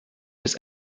bis